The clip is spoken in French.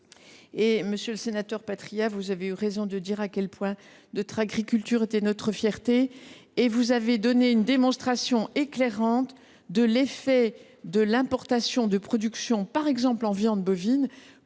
! Monsieur le sénateur Patriat, vous avez eu raison de dire à quel point notre agriculture était notre fierté. Vous avez aussi fait la démonstration éclairante de l’effet de l’importation de certaines productions, par exemple en viande bovine,